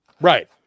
Right